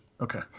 okay